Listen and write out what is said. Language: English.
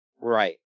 right